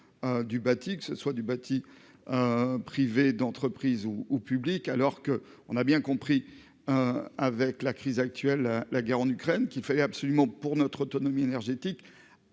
du bâti, que ce soit du bâti, privé d'entreprises ou public alors qu'on a bien compris avec la crise actuelle, la guerre en Ukraine qu'il fallait absolument pour notre autonomie énergétique